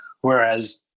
Whereas